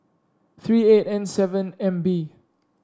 three eight N seven M B